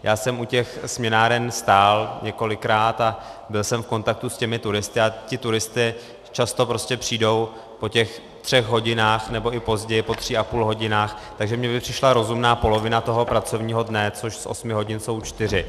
Já jsem u těch směnáren stál několikrát a byl jsem v kontaktu s těmi turisty a ti turisté často prostě přijdou po těch třech hodinách, nebo i později, po třech a půl hodině, takže mně by přišla rozumná polovina toho pracovního dne, což z osmi hodin jsou čtyři.